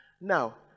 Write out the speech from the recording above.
Now